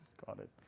got it.